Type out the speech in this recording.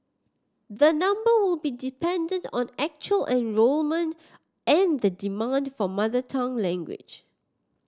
the number will be dependent on actual enrolment and the demand for mother tongue language